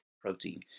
protein